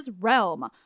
realm